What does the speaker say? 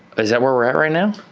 is that where we're at right now?